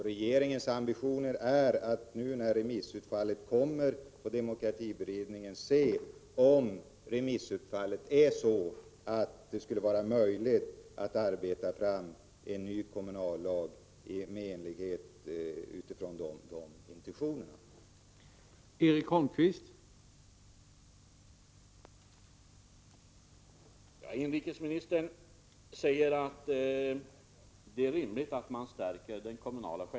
Regeringens ambition är att nu, när remissutfallet i fråga om demokratiberedningen kommer, se om detta remissutfall är sådant att det skulle vara möjligt att arbeta fram en ny kommunallag utifrån de intentioner vi har.